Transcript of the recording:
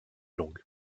longue